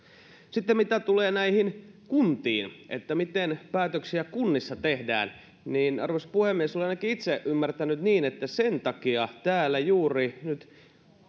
mitä tulee kuntiin ja siihen miten päätöksiä kunnissa tehdään niin arvoisa puhemies olen ainakin itse ymmärtänyt että sen takia täällä juuri nyt